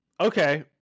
okay